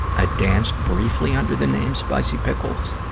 ah danced briefly under the name spicy pickles.